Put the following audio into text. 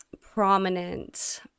prominent